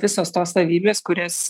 visos tos savybės kurias